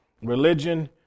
religion